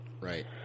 Right